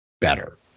better